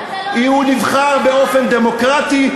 כי הוא נבחר באופן דמוקרטי,